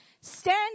Stand